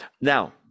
Now